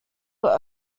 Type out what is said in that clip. were